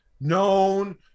known